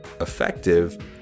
effective